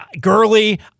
Gurley